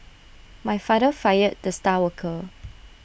my father fired the star worker